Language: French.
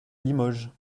limoges